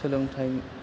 सोलोंथाइ